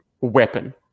weapon